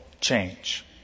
change